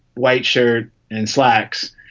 white shirt and slacks.